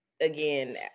again